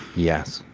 yes,